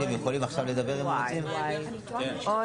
תודה.